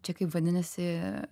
čia kaip vadinasi